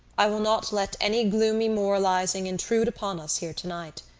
i will not let any gloomy moralising intrude upon us here tonight.